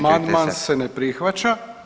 Amandman se ne prihvaća.